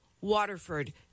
Waterford